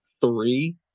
three